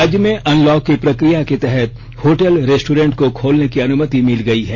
राज्य में आनलॉक की प्रकिया के तहत होटल रेस्टोरेंट को खोलने की अनुमति मिल गयी है